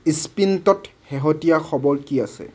স্প্ৰিণ্টত শেহতীয়া খবৰ কি আছে